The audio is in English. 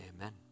Amen